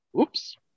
oops